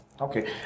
Okay